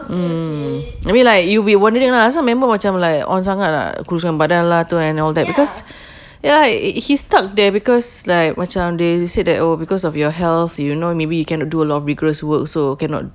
mm I mean like you will be wondering lah so I remember macam like on sangat kuruskan badan lah and all that because ya i~ he's stuck there because like macam they said that oh because of your health you know maybe you cannot do a lot of rigorous work so cannot